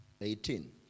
eighteen